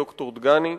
ד"ר דגני.